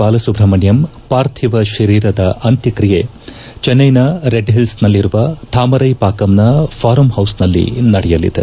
ಬಾಲಸುಬ್ರಹ್ಮಣ್ಣಂ ಪಾರ್ಥಿವ ಶರೀರಿದ ಅಂತ್ಯಕ್ರಿಯೆ ಚೆನ್ನೈನ ರೆಡ್ಒಿಲ್ಸ್ನಲ್ಲಿರುವ ಥಾಮರೈ ಪಾಕಂನ ಫಾರಂ ಹೌಸ್ನಲ್ಲಿ ನಡೆಯಲಿದೆ